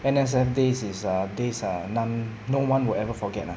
N_S_F days is a days are none no one will ever forget lah